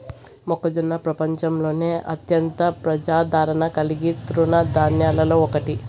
మొక్కజొన్న ప్రపంచంలోనే అత్యంత ప్రజాదారణ కలిగిన తృణ ధాన్యాలలో ఒకటి